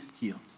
healed